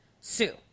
sue